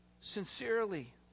sincerely